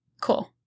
Cool